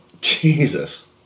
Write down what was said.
Jesus